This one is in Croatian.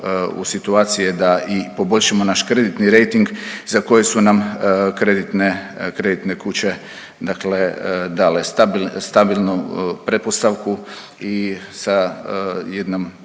u situacije da poboljšamo naš kreditni rejting za koje su nam kreditne kuće dale stabilnu pretpostavku i sa jednom